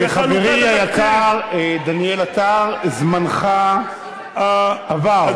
חברי היקר דניאל עטר, זמנך עבר.